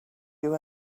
you